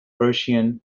persian